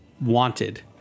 wanted